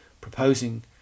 proposing